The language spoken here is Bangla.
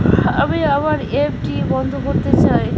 আমি আমার এফ.ডি বন্ধ করতে চাই